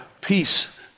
peace